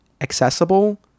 accessible